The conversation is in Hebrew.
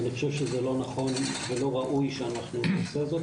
ואני חושב שזה לא נכון ולא ראוי שאנחנו נעשה זאת.